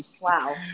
Wow